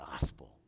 gospel